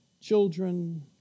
Children